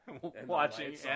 watching